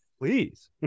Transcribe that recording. Please